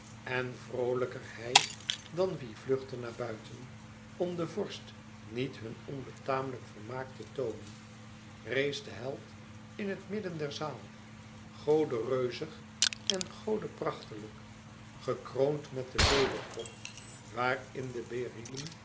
en vroolijker hij dan wie vluchtten naar buiten om den vorst niet hun onbetamelijk vermaak te toonen rees de held in het midden der zaal gode reuzig en gode prachtiglijk gekroond met den leeuwkop waar in de